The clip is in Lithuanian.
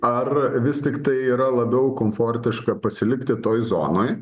ar vis tiktai yra labiau komfortiška pasilikti toj zonoj